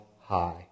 high